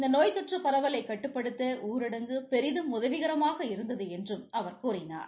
இந்த நோய் தொற்று பரவலை கட்டுப்படுத்த ஊரடங்கு பெரிதும் உதவிகரமாக இருந்தது என்றும் அவர் கூறினார்